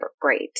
great